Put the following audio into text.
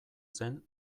zen